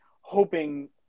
hoping